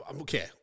okay